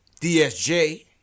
DSJ